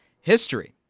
history